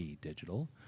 Digital